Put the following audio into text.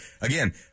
Again